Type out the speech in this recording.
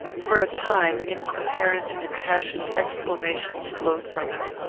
for a time, incoherent and impassioned exclamations flowed from him.